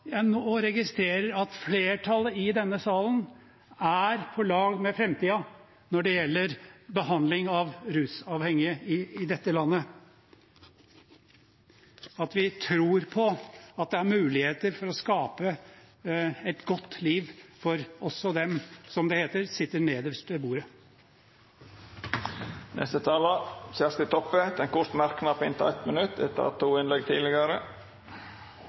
i denne salen er på lag med framtiden når det gjelder behandling av rusavhengige i dette landet, at vi tror på at det er muligheter for å skape et godt liv også for dem som – som det heter – sitter nederst ved bordet. Representanten Kjersti Toppe har hatt ordet to gonger tidlegare og får ordet til ein kort merknad, avgrensa til 1 minutt.